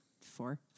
four